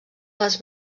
les